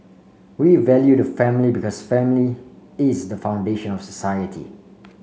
we value the family because family is the foundation of society